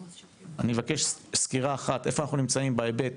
אני מבקש לקבל סקירה אחת, איפה אנחנו נמצאים בהיבט